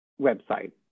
website